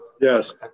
Yes